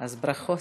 אז ברכות.